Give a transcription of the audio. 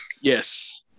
Yes